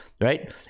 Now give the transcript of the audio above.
right